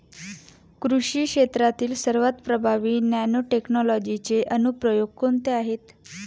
कृषी क्षेत्रातील सर्वात प्रभावी नॅनोटेक्नॉलॉजीचे अनुप्रयोग कोणते आहेत?